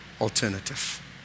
alternative